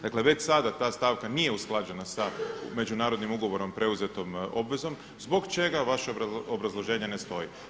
Dakle, već sada ta stavka nije usklađena sa međunarodnim ugovorom preuzetom obvezom zbog čega vaše obrazloženje ne stoji.